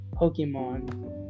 Pokemon